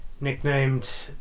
nicknamed